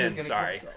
Sorry